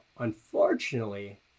Unfortunately